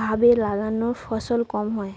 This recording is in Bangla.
ভাবে লাগালে ফলন কম হয়